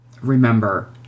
Remember